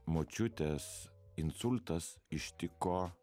močiutės insultas ištiko